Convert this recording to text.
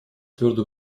твердо